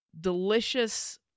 delicious